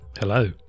Hello